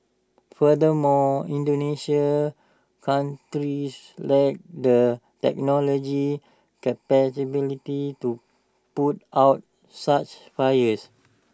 furthermore Indonesia lacks the technology capabilities to put out such fires